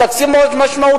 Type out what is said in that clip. תקציב מאוד משמעותי,